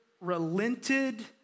relented